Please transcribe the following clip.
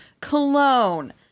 cologne